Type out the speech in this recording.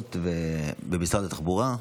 דוחות במשרד התחבורה,